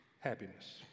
happiness